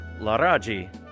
laraji